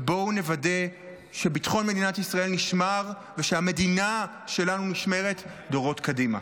ובואו נוודא שביטחון מדינת ישראל נשמר ושהמדינה שלנו נשמרת דורות קדימה.